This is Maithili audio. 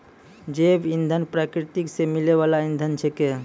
जैव इंधन प्रकृति सॅ मिलै वाल इंधन छेकै